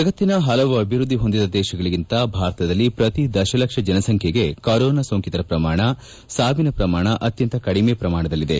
ಜಗತ್ತಿನ ಹಲವು ಅಭಿವ್ಯದ್ಲಿ ಹೊಂದಿದ ದೇಶಗಳಿಗಿಂತ ಭಾರತದಲ್ಲಿ ಪ್ರತಿ ದಶಲಕ್ಷ ಜನಸಂಖ್ಲೆಗೆ ಕೊರೊನಾ ಸೋಂಕಿತರ ಪ್ರಮಾಣ ಸಾವಿನ ಪ್ರಮಾಣ ಅತ್ಯಂತ ಕಡಿಮೆ ಪ್ರಮಾಣದಲ್ಲಿದೆ